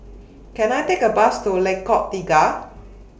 Can I Take A Bus to Lengkok Tiga